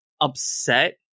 upset